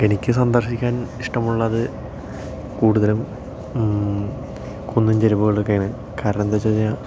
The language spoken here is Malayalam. എനിക്ക് സന്ദർഷിക്കാൻ ഇഷ്ടമുള്ളത് കൂടുതലും കുന്നിന് ചരിവുകളുമൊക്കെയാണ് കാരണം എന്തെണെന്ന് വെച്ച് കഴിഞ്ഞാല്